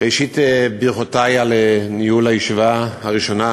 ראשית ברכותי על ניהול הישיבה הראשונה.